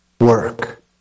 work